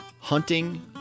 hunting